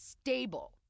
stable